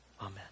Amen